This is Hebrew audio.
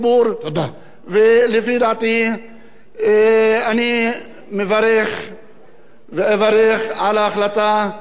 אני מברך ואברך על ההחלטה שערוץ-10 יישאר.